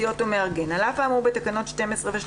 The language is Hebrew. חובות סוכן נסיעות או מארגן על אף האמור בתקנות 12 ו-13,